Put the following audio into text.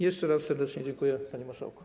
Jeszcze raz serdecznie dziękuję, panie marszałku.